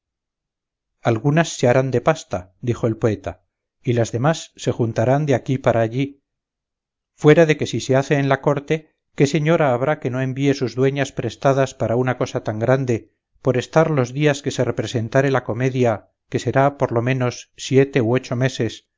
algunas se harán de pasta dijo el poeta y las demás se juntarán de aquí para allí fuera de que si se hace en la corte qué señora habrá que no envíe sus dueñas prestadas para una cosa tan grande por estar los días que se representare la comedia que será por lo menos siete u ocho meses